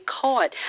caught